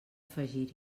afegir